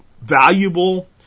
valuable